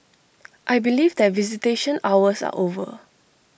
I believe that visitation hours are over